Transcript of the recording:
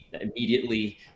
immediately